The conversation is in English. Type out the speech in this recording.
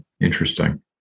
Interesting